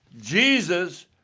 Jesus